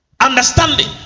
Understanding